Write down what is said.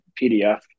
PDF